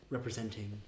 representing